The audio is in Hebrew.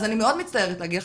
אז אני מאוד מצטערת להגיד לך,